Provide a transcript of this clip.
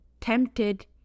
tempted